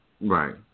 Right